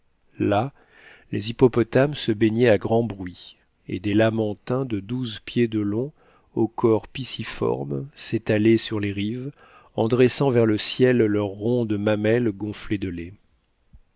là les hippopotames se baignaient à grand bruit et des lamentins de douze pieds de long au corps pisciforme s'étalaient sur les rives en dressant vers le ciel leurs rondes mamelles gonflées de lait